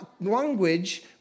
language